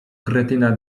kretyna